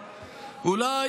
אולי,